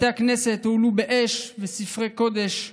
בתי הכנסת הועלו באש וספרי קודש חוללו,